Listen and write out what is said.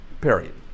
period